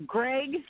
Greg